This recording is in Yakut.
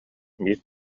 биир